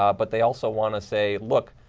ah but they also want to say, look,